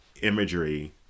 imagery